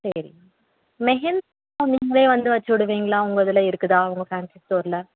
சரி மெஹந்தி நீங்களே வந்து வச்சு விடுவீங்களா உங்கள் இதில் இருக்குதா உங்கள் ஃபேன்ஸி ஸ்டோரில்